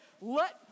let